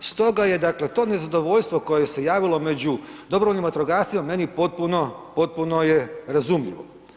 Stoga je dakle to nezadovoljstvo koje se javilo među dobrovoljnim vatrogascima meni potpuno, potpuno je razumljivo.